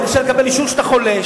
אפשר לקבל אישור שאתה חולה,